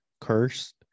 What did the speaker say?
cursed